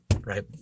right